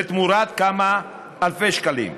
תמורת כמה אלפי שקלים.